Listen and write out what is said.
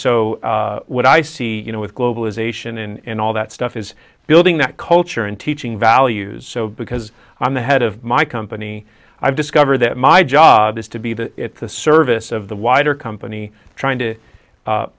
so what i see you know with globalization and all that stuff is building that culture and teaching values so because i'm the head of my company i've discovered that my job is to be the at the service of the wider company trying to